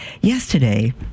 Yesterday